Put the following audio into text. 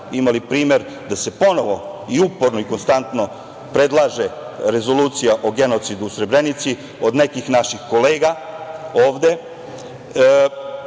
imali primer da se ponovo i uporno i konstantno predlaže rezolucija o genocidu u Srebrenici od nekih naših kolega ovde,